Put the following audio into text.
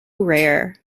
rare